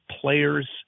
players